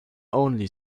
only